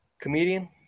Comedian